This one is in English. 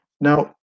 Now